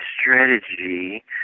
strategy